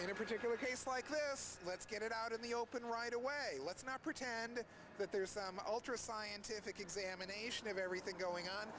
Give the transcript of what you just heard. in a particular case like this let's get it out in the open right away let's not pretend that there's some ultra scientific examination of everything going on